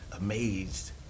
amazed